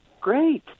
Great